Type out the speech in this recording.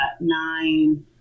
nine